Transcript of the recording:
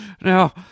Now